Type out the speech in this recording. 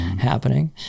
happening